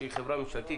שהיא חברה ממשלתית,